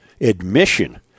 admission